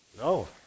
No